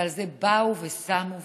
ועל זה באו ושמו והצביעו,